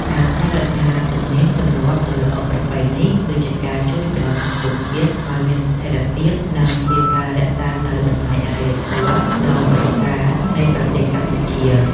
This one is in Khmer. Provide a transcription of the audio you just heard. ការថែរក្សាទំនៀមទម្លាប់ដ៏ល្អប្រពៃនេះគឺជាការជួយដល់សង្គមជាតិឱ្យមានស្ថិរភាព និង ជាការរក្សានូវតម្លៃអរិយធម៌ដ៏ត្រកាលនៃប្រទេសកម្ពុជា។